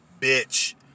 bitch